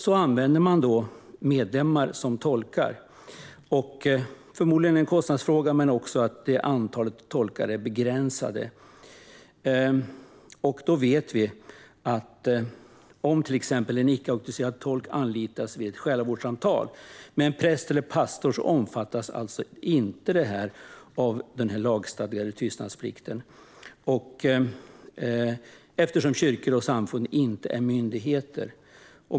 Man använder på så vis medlemmar som tolkar. Förmodligen är det en kostnadsfråga, men det beror nog också på att antalet tolkar är begränsat. Vi vet att om en icke auktoriserad tolk anlitas vid ett själavårdssamtal med en präst eller pastor omfattas detta inte av den lagstadgade tystnadsplikten, eftersom kyrkor och samfund inte är myndigheter.